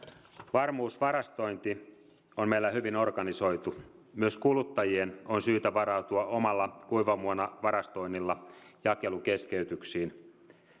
varmuusvarastointi on meillä hyvin organisoitu myös kuluttajien on syytä varautua omalla kuivamuonavarastoinnilla jakelukeskeytyksiin